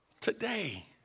Today